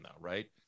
right